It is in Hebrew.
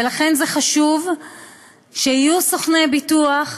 ולכן חשוב שיהיו סוכני ביטוח,